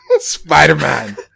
Spider-Man